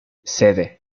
sede